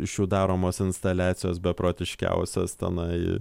iš jų daromos instaliacijos beprotiškiausios tenai